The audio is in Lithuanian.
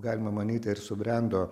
galima manyti ir subrendo